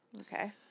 Okay